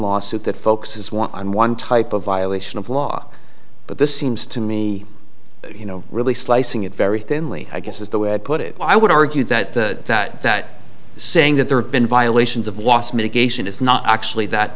lawsuit that focuses one on one type of violation of law but this seems to me you know really slicing it very thinly i guess is the way i'd put it i would argue that that saying that there have been violations of loss mitigation is not actually that